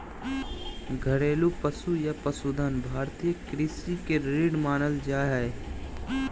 घरेलू पशु या पशुधन भारतीय कृषि के रीढ़ मानल जा हय